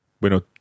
Bueno